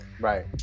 Right